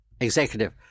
executive